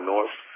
North